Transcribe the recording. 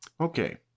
okay